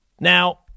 Now